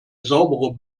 saubere